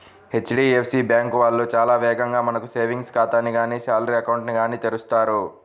HDFC bank వాళ్ళు చాలా వేగంగా మనకు సేవింగ్స్ ఖాతాని గానీ శాలరీ అకౌంట్ ని గానీ తెరుస్తారు